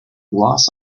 gloss